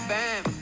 Bam